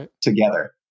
together